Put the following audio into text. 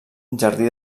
jardí